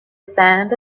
sand